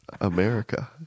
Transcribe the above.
America